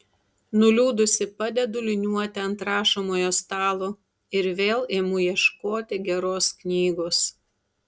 nuliūdusi padedu liniuotę ant rašomojo stalo ir vėl imu ieškoti geros knygos